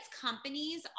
companies